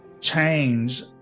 change